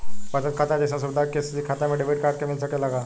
बचत खाता जइसन सुविधा के.सी.सी खाता में डेबिट कार्ड के मिल सकेला का?